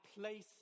place